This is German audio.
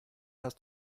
hast